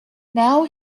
now